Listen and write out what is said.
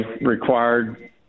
required